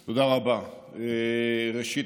ראשית,